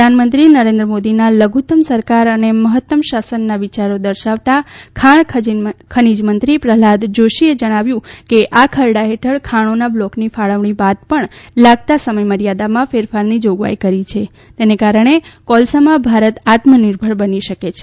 પ્રધાનમંત્રી નરેન્દ્ર મોદીના લધુતમ સરકાર અને મહત્તમ શાસનના વિચારો દર્શાવતાં ખાણ ખનીજમંત્રી પ્રહલાદ જોષીએ જણાવ્યં કે આ ખરડા હેઠળ ખાણોના બ્લોકની ફાળવણી બાદ પણ લાગતા સમય મર્યાદામાં ફેરફારની જોગવાઇ કરી છે તેના કારણે કોસલામાં ભારત આત્મનિર્ભર બની શકે છે